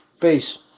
Peace